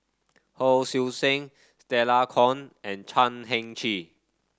Hon Sui Sen Stella Kon and Chan Heng Chee